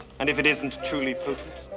and if it isn't truly potent,